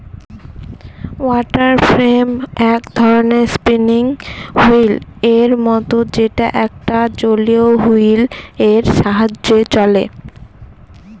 water frame এক ধরনের spinning wheel এর মত যেটা একটা জলীয় হুইল এর সাহায্যে চলে